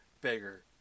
Bigger